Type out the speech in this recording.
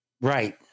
Right